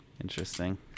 Interesting